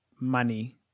money